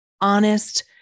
honest